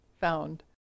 found